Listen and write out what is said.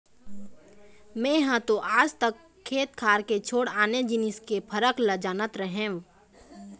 मेंहा तो आज तक खेत खार के छोड़ आने जिनिस के फरक ल जानत रहेंव